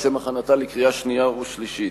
לשם הכנתה לקריאה שנייה ולקריאה שלישית.